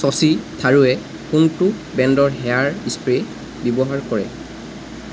শশী থাৰুৰে কোনটো ব্ৰেণ্ডৰ হেয়াৰ স্প্ৰে' ব্যৱহাৰ কৰে